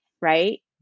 right